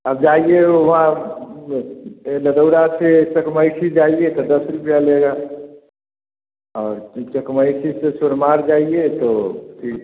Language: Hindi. आप जाएं वहाँ ददौरा से चकमाइसी जाएंगे तो दस रुपये लेगा और चकमइसी से सुरमार्ग जाएंगे तो फिर